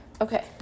Okay